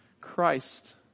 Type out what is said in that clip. Christ